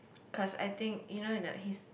plus I think you know the he's